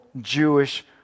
Jewish